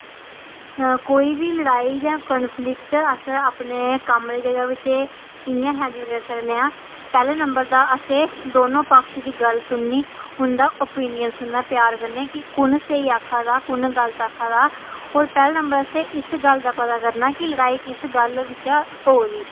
कोई बी लड़ाई जां कन्फ्लिक्ट अस अपने कम्म दी जगह् बिच इ'यां हैंडल करी सकने आं पैह्ले नंबर ते असें दोनों पक्ष दी गल्ल सुननी ते उं'दा ओपिनियन सुनना प्यार कन्नै कि कु'न स्हेई आक्खा दा कु'न गलत आक्खा दा होर पैह्लें नंबर असें इस गल्ल दा पता करना कि लड़ाई किस गल्ल बिच्चा होई दी